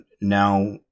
now